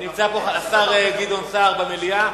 נמצא פה השר גדעון סער, במליאה.